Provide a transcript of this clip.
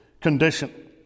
condition